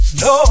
no